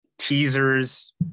Teasers